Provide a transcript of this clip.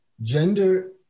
gender